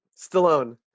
Stallone